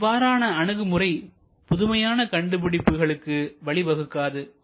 இவ்வாறான அணுகுமுறை புதுமையான கண்டுபிடிப்புகளுக்கு வழிவகுக்காது